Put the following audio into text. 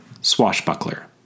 Swashbuckler